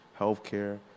healthcare